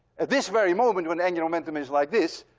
at this very moment when angular momentum is like this,